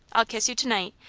i'll kiss you to-night,